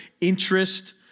interest